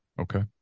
Okay